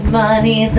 money